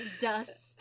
Dust